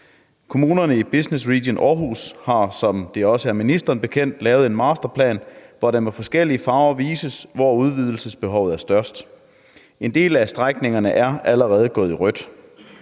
Kommunerne i Business Region Aarhus har, som det også er ministeren bekendt, lavet en masterplan, hvor der med forskellige farver vises, hvor udvidelsesbehovet er størst. En del af strækningerne er allerede gået i rødt.